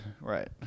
Right